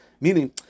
meaning